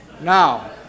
Now